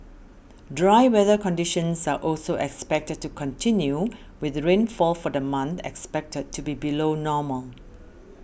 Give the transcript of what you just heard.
dry weather conditions are also expected to continue with rainfall for the month expected to be below normal